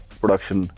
production